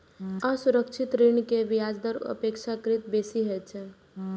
असुरक्षित ऋण के ब्याज दर अपेक्षाकृत बेसी होइ छै